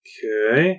Okay